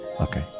Okay